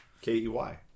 K-E-Y